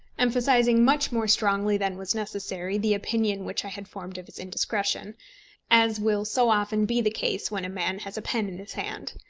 emphasising much more strongly than was necessary the opinion which i had formed of his indiscretion as will so often be the case when a man has a pen in his hand.